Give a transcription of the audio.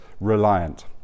reliant